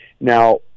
Now